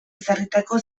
ezarritako